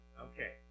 Okay